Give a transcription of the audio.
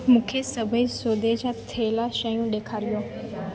मूंखे सभई सौदे जा थैला शयूं ॾेखारियो